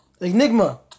Enigma